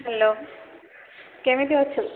hello କେମିତି ଅଛୁ